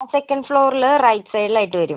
ആ സെക്കൻഡ് ഫ്ലോറില് റൈറ്റ് സൈഡിലായിട്ട് വരും